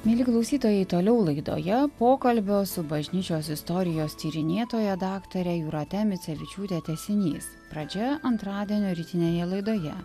mieli klausytojai toliau laidoje pokalbio su bažnyčios istorijos tyrinėtoja daktare jūrate micevičiūte tęsinys pradžia antradienio rytinėje laidoje